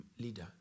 leader